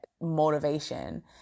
motivation